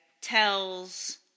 tells